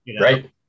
right